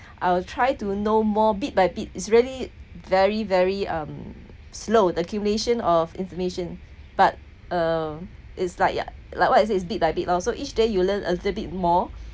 I will try to know more bit by bit is really very very um slowed accumulation of information but uh is like ya like what I say is bit by bit lor so each day you learn a little bit more